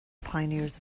pioneers